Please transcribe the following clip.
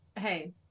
hey